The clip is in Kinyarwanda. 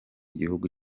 gihugu